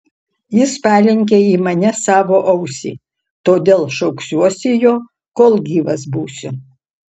jis palenkė į mane savo ausį todėl šauksiuosi jo kol gyvas būsiu